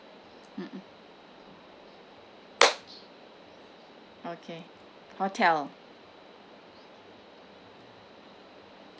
mm okay hotel